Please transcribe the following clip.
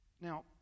Now